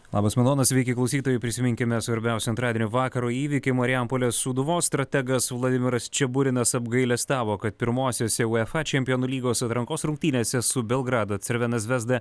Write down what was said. labas madona sveiki klausytojai prisiminkime svarbiausią antradienio vakaro įvykį marijampolės sūduvos strategas vladimiras čiaburinas apgailestavo kad pirmosiose uefa čempionų lygos atrankos rungtynėse su belgrado cervena zvezda